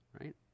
right